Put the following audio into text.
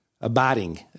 abiding